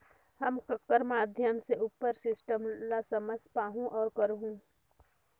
हम ककर माध्यम से उपर सिस्टम ला समझ पाहुं और करहूं?